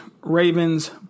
Ravens